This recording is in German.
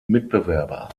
mitbewerber